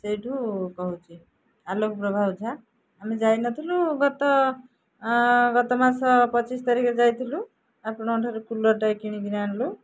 ସେଇଠୁ କହୁଛି ଆଲୋକ ପ୍ରଭା ଓଝା ଆମେ ଯାଇନଥିଲୁ ଗତ ଗତ ମାସ ପଚିଶି ତାରିଖରେ ଯାଇଥିଲୁ ଆପଣଙ୍କ ଠାରୁ କୁଲର୍ଟାଏ କିଣିକିରି ଆଣିଲୁ